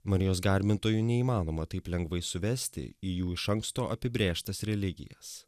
marijos garbintojų neįmanoma taip lengvai suvesti į jų iš anksto apibrėžtas religijas